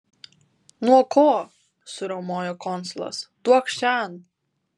nuo ko suriaumojo konsulas duokš šen